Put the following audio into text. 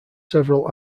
several